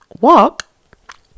walk